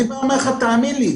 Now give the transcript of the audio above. אני אומר לך: תאמין לי,